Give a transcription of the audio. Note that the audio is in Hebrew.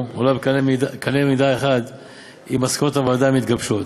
עולה בקנה אחד עם מסקנות הוועדה המתגבשות.